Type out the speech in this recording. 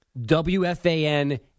WFAN